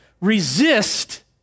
resist